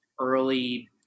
early